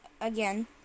again